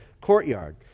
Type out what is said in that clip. courtyard